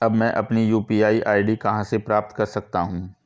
अब मैं अपनी यू.पी.आई आई.डी कहां से प्राप्त कर सकता हूं?